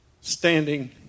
standing